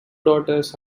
daughters